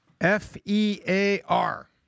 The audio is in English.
F-E-A-R